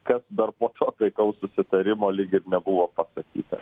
kas dar po to taikaus susitarimo lyg ir nebuvo pasakyta